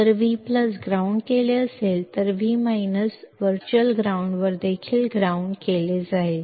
जर V ground केले असेल तर V व्हर्च्युअल ग्राउंडवर देखील ग्राउंड केले जाईल